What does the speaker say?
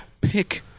pick